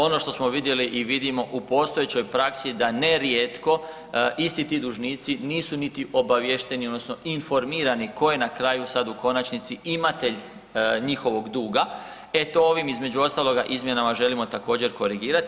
Ono što smo vidjeli i vidimo u postojećoj praksi da nerijetko isti ti dužnici nisu niti obaviješteni odnosno informirani ko je na kraju sad u konačnici imatelj njihovog duga, e to ovim između ostaloga izmjenama želimo također korigirati.